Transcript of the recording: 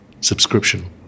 subscription